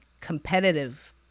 competitive